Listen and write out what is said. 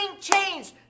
change